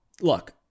look